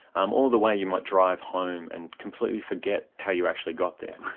um or the way you might drive home and completely forget how you actually got there.